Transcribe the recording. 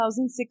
2006